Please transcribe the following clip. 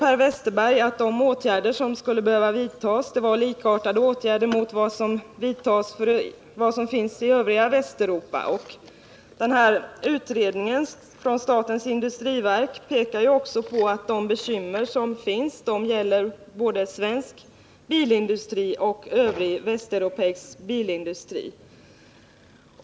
Per Westerberg ansåg att man skulle behöva vidta åtgärder av samma slag som vidtagits i övriga Västeuropa. Utredningen från statens industriverk visar ju också att de bekymmer som finns gäller både svensk bilindustri och övrig västeuropeisk bilindustri.